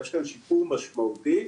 יש כאן שיפור משמעותי,